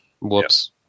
Whoops